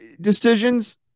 decisions